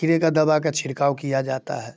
कीड़े का दवा का छिड़काव किया जाता है